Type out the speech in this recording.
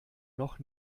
noch